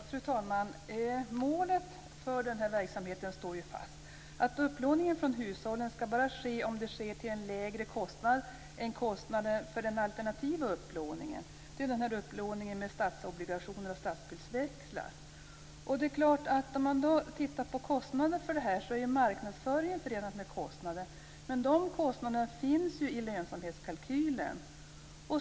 Fru talman! Målet för verksamheten står fast. Upplåningen från hushållen skall bara ske om det kan ske till en lägre kostnad än kostnaden för den alternativa upplåningen, t.ex. upplåningen med statsobligationer och statsskuldväxlar. Marknadsföringen är förenad med kostnader, men de kostnaderna finns med i lönsamhetskalkylen.